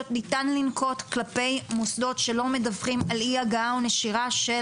ניתן לנקוט כלפי מוסדות שלא מדווחים על אי הגעה או נשירה של